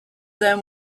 them